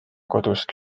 kodust